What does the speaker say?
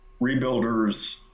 Rebuilders